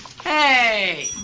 Hey